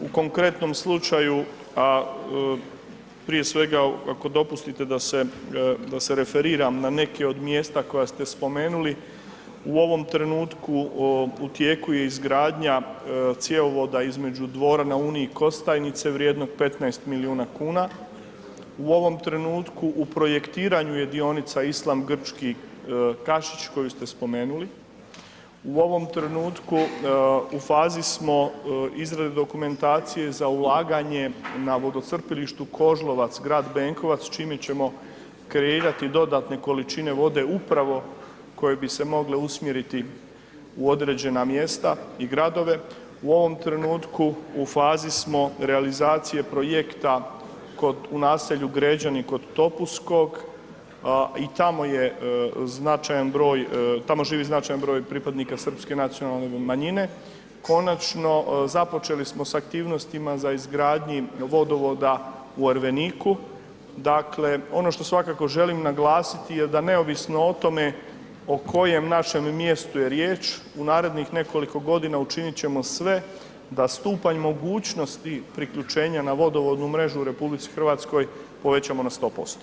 U konkretnom slučaju, a prije svega ako dopustite da se referiram na neke od mjesta koja ste spomenuli, u ovom trenutku u tijeku je izgradnja cjevovoda između Dvora na Uni i Kostajnice vrijednog 15 milijuna kuna, u ovom trenutku u projektiranju je dionica Islam Grčki Kašić koju ste spomenuli, u ovom trenutku u fazi smo izrade dokumentacije za ulaganje na vodocrpilištu Kožlovac grad Benkovac čime ćemo kreirati dodatne količine vode upravo koje bi se mogle usmjeriti na određena mjesta i gradove, u ovom trenutku u fazi smo realizacije projekta u naselju Gređani kod Topuskog i tamo živi značajan broj pripadnika srpske nacionalne manjine, konačno započeli smo s aktivnostima za izgradnji vodovoda u Erveniku, dakle ono što svakako želim naglasiti je da neovisno o tome o kojem našem mjestu je riječ, u narednih nekoliko godina učinit ćemo sve da stupanj mogućnosti priključenja na vodovodnu mrežu u RH povećamo na 100%